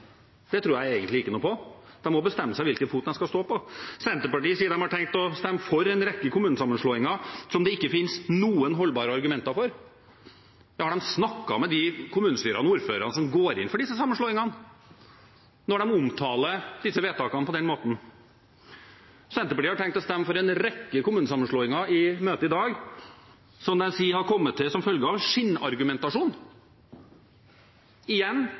det tror jeg egentlig ikke noe på. De må bestemme seg for hvilken fot de skal stå på. Senterpartiet sier de har tenkt å stemme for en rekke kommunesammenslåinger som det ikke finnes noen holdbare argumenter for. Har de snakket med de kommunestyrene og ordførerne som går inn for disse sammenslåingene, når de omtaler disse vedtakene på denne måten? Senterpartiet har tenkt å stemme for en rekke kommunesammenslåinger i møtet i dag, som de sier har kommet til som følge av skinnargumentasjon. Igjen,